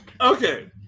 Okay